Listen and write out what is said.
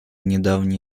недавний